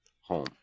home